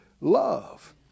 love